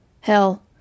Hell